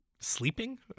Sleeping